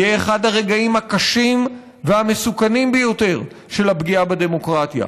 יהיה אחד הרגעים הקשים והמסוכנים ביותר של הפגיעה בדמוקרטיה.